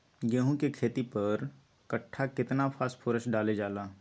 गेंहू के खेती में पर कट्ठा केतना फास्फोरस डाले जाला?